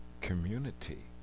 community